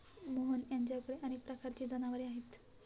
मोहन यांच्याकडे अनेक प्रकारची जनावरे आहेत